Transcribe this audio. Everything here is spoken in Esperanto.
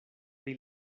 pri